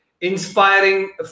inspiring